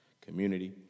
community